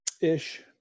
Ish